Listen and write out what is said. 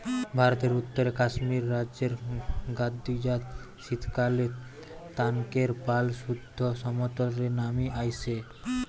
ভারতের উত্তরে কাশ্মীর রাজ্যের গাদ্দি জাত শীতকালএ তানকের পাল সুদ্ধ সমতল রে নামি আইসে